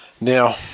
Now